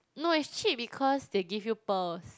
no is cheap because they give you pearls